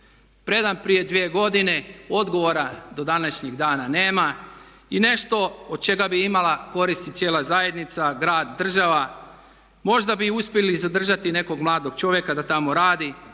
predan prije 2 godine, odgovora do današnjeg dana nema. I nešto od čega bi imala koristi cijela zajednica, grad, država možda bi uspjeli i zadržati nekog mladog čovjeka da tamo radi